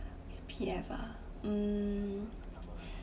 C_P_F ah mm